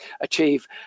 achieve